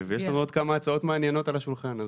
יש לנו עוד כמה הצעות מעניינות על השולחן,